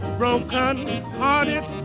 broken-hearted